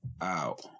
out